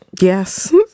Yes